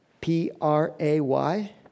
P-R-A-Y